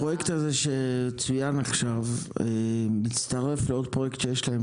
הפרויקט הזה שצוין עכשיו מצטרף לעוד פרויקט שיש להם